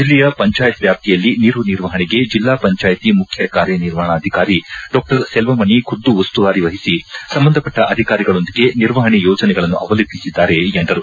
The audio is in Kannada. ಜಿಲ್ಲೆಯ ಪಂಚಾಯತ್ ವ್ಯಾಪ್ತಿಯಲ್ಲಿ ನೀರು ನಿರ್ವಹಣೆಗೆ ಜಿಲ್ಲಾ ಪಂಚಾಯಿತಿ ಮುಖ್ಯ ಕಾರ್ಕ ನಿರ್ವಹಣಾದಿಕಾರಿ ಡಾ ಸೆಲ್ವಮಣೆ ಖುದ್ದು ಉಸ್ತುವಾರಿ ವಹಿಸಿ ಸಂಬಂಧಪಟ್ಟ ಅಧಿಕಾರಿಗಳೊಂದಿಗೆ ನಿರ್ವಹಣೆ ಯೋಜನೆಗಳನ್ನು ಅವಲೋಕಿಸಿದ್ದಾರೆ ಎಂದರು